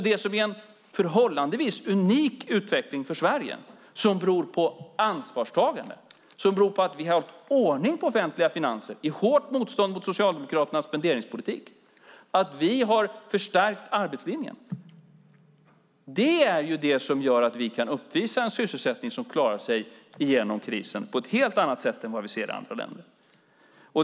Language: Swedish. Det som är en förhållandevis unik utveckling för Sverige, som beror på ansvarstagande, som beror på att vi har ordning på våra offentliga finanser - i hårt motstånd mot Socialdemokraternas spenderingspolitik - är att vi har förstärkt arbetslinjen. Det är ju det som gör att vi kan uppvisa en sysselsättning som klarar sig igenom krisen på ett helt annat sätt än vad vi ser i andra länder.